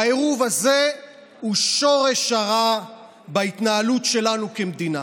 העירוב הזה הוא שורש הרע בהתנהלות שלנו כמדינה.